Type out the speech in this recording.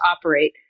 operate